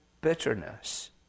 bitterness